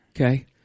Okay